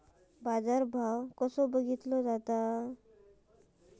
बाजार भाव कसो बघीतलो जाता?